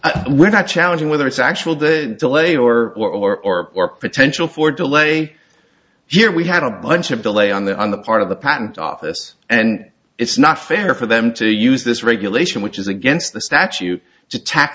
action we're not challenging whether it's actually the delay or or or potential for delay here we had a bunch of delay on the on the part of the patent office and it's not fair for them to use this regulation which is against the statute t